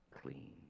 clean